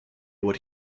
what